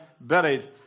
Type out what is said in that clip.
buried